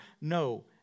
No